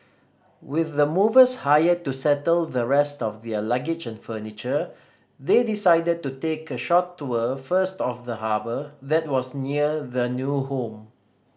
with the movers hired to settle the rest of their luggage and furniture they decided to take a short tour first of the harbour that was near their new home